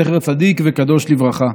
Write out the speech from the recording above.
זכר צדיק וקדוש לברכה,